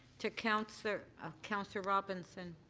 to councillor ah councillor robinson.